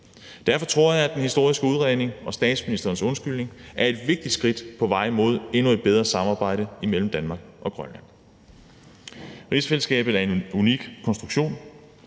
Derfor tror jeg, at den historiske udredning og statsministerens undskyldning er et vigtigt skridt på vejen mod et endnu bedre samarbejde imellem Danmark og Grønland. Rigsfællesskabet er en unik konstruktion,